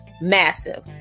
massive